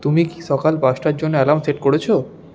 তুমি কি সকাল পাঁচটার জন্য অ্যালার্ম সেট করেছো